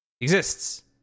exists